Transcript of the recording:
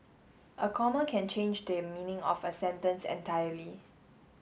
a comma can change the meaning of a sentence entirely